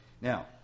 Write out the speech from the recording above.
Now